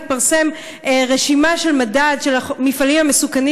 התפרסמה רשימה של מדד של המפעלים המסוכנים